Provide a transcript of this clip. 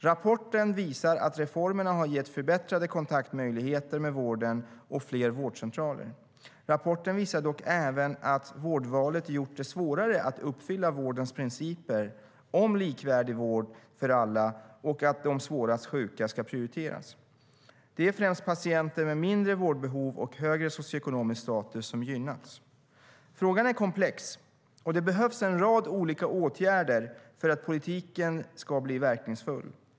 Rapporten visar att reformerna har gett förbättrade kontaktmöjligheter med vården och fler vårdcentraler. Rapporten visar dock även att vårdvalet har gjort det svårare att uppfylla vårdens principer om likvärdig vård för alla och att de svårast sjuka ska prioriteras. Det är främst patienter med mindre vårdbehov och högre socioekonomisk status som har gynnats. Frågan är komplex, och det behövs en rad olika åtgärder för att politiken ska bli verkningsfull.